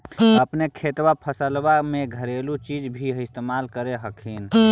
अपने खेतबा फसल्बा मे घरेलू चीज भी इस्तेमल कर हखिन?